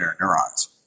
neurons